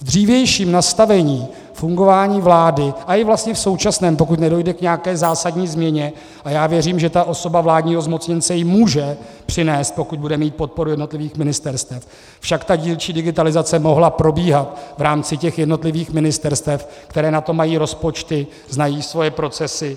V dřívějším nastavení fungování vlády, ale vlastně i v současném, pokud nedojde k nějaké zásadní změně, a já věřím, že ta osoba vládního zmocněnce ji může přinést, pokud bude mít podporu jednotlivých ministerstev, však ta digitalizace mohla probíhat v rámci jednotlivých ministerstev, která na to mají rozpočty, znají svoje procesy.